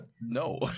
no